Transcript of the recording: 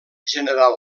general